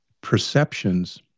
perceptions